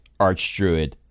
archdruid